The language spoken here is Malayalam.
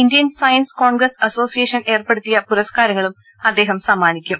ഇന്ത്യൻ സയൻസ് കോൺഗ്രസ് അസോസിയേഷൻ ഏർപ്പെടുത്തിയ പുരസ്കാര ങ്ങളും അദ്ദേഹം സമ്മാനിക്കും